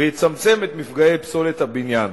ויצמצם את מפגעי פסולת הבניין.